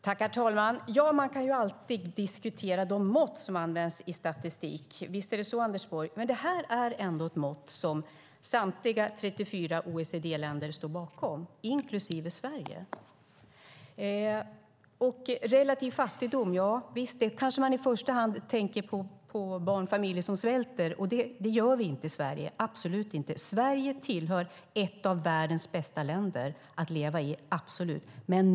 Herr talman! Visst är det så att man alltid kan diskutera de mått som används i statistik, Anders Borg, men det här är ändå ett mått som samtliga 34 OECD-länder står bakom, inklusive Sverige. När man talar om relativ fattigdom kanske man i första hand tänker på barnfamiljer som svälter, och det gör vi inte i Sverige - absolut inte. Sverige är ett av världens bästa länder att leva i, absolut.